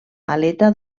aleta